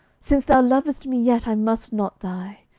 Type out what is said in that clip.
since thou lovest me yet, i must not die.